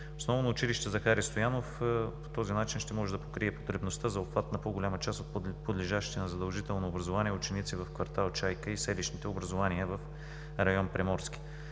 Основно училище „Захари Стоянов“ по този начин ще може да покрие потребността за обхват на по-голяма част от подлежащите на задължително образование ученици в квартал „Чайка“ и селищните образования в район „Приморски“.